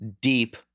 deep